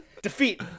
Defeat